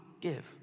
give